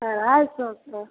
अढ़ाइ सओ किलो